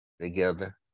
together